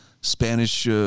Spanish